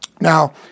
Now